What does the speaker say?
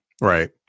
Right